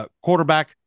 quarterback